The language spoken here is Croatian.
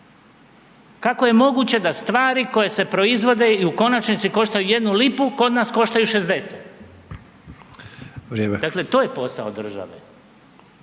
Kako je moguće da stvari koje se proizvode i u konačnici koštaju jednu lipu kod nas koštaju 60? … /Upadica